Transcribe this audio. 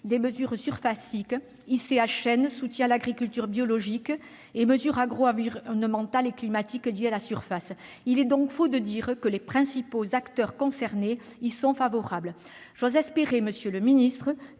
des mesures surfaciques- ICHN, soutien à l'agriculture biologique et mesures agroenvironnementales et climatiques liées à la surface. Il est donc faux de dire que les principaux acteurs concernés y sont favorables. J'ose espérer, monsieur le ministre,